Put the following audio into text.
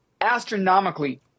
astronomically